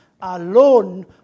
alone